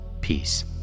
peace